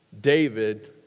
David